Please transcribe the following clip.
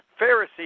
Pharisee